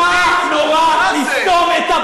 מה, ועדת הפנים זה עסק שלו?